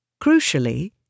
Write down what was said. Crucially